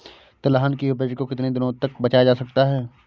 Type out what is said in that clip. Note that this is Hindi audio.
तिलहन की उपज को कितनी दिनों तक बचाया जा सकता है?